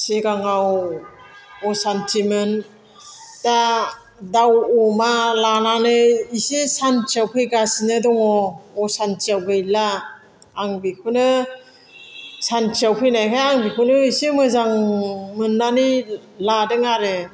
सिगाङाव असान्तिमोन दा दाउ अमा लानानै इसे सान्तियाव फैगासिनो दङ असान्तियाव गैला आं बेखौनो सान्तियाव फैनायखाय आं बेखौनो एसे मोजां मोननानै लादों आरो